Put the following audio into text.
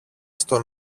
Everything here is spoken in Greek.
στο